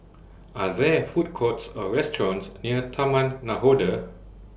Are There Food Courts Or restaurants near Taman Nakhoda